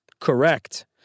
Correct